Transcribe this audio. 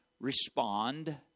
Respond